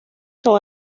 son